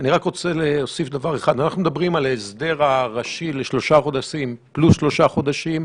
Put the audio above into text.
אנחנו מדברים על ההסדר הראשי לשלושה חודשים ועוד שלושה חודשים.